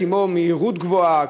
כמו מהירות גבוהה,